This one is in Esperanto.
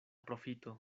profito